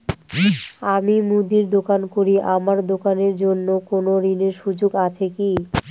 আমি মুদির দোকান করি আমার দোকানের জন্য কোন ঋণের সুযোগ আছে কি?